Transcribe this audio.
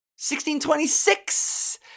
1626